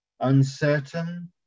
uncertain